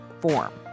form